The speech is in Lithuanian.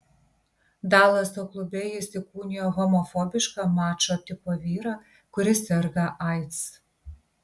dalaso klube jis įkūnijo homofobišką mačo tipo vyrą kuris serga aids